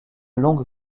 longue